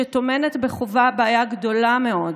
שטומנת בחובה בעיה גדולה מאוד.